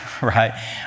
right